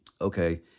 okay